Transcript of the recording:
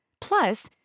Plus